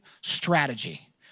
strategy